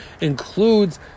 includes